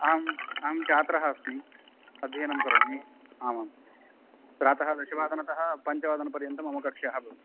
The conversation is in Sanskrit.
अहम् अहं छात्रः अस्मि अध्ययनं करोमि आमां प्रातः दशवादनतः पञ्चवादनपर्यन्तं मम कक्ष्याः भवन्ति